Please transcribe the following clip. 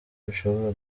bishobora